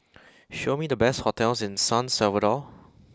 show me the best hotels in San Salvador